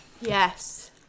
Yes